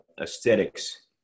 aesthetics